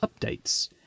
updates